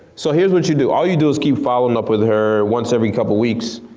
so here's what you do, all you do is keep following up with her once every couple of weeks.